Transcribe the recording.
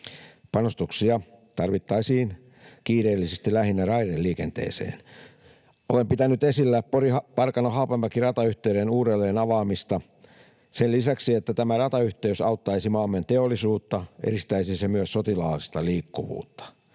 Panostuksia tarvittaisiin kiireellisesti lähinnä raideliikenteeseen. Olen pitänyt esillä Pori—Parkano—Haapamäki-ratayhteyden uudelleen avaamista. Sen lisäksi, että tämä ratayhteys auttaisi maamme teollisuutta, edistäisi se myös sotilaallista liikkuvuutta.